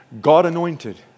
God-anointed